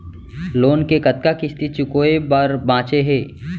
Loan के कतना किस्ती चुकाए बर बांचे हे?